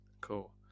Cool